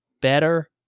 better